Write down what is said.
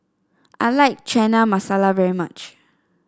I like Chana Masala very much